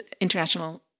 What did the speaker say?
international